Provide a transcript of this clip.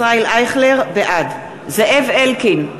ישראל אייכלר, בעד זאב אלקין,